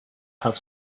have